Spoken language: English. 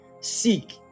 seek